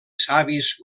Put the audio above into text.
savis